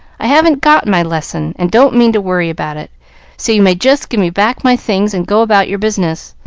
i haven't got my lesson, and don't mean to worry about it so you may just give me back my things and go about your business.